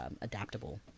adaptable